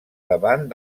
davant